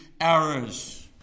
errors